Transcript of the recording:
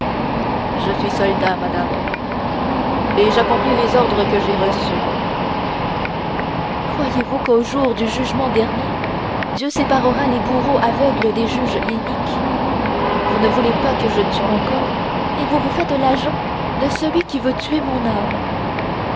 je suis soldat madame et j'accomplis les ordres que j'ai reçus croyez-vous qu'au jour du jugement dernier dieu séparera les bourreaux aveugles des juges iniques vous ne voulez pas que je tue mon corps et vous vous faites l'agent de celui qui veut tuer mon âme